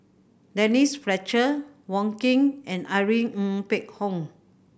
Denise Fletcher Wong Keen and Irene Ng Phek Hoong